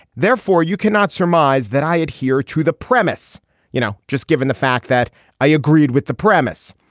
therefore you cannot surmise that i adhere to the premise you know just given the fact that i agreed with the premise.